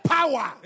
Power